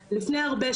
2007,